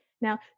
Now